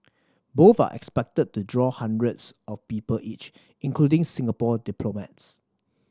both are expected to draw hundreds of people each including Singapore diplomats